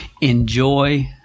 enjoy